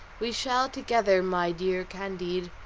we shall together, my dear candide,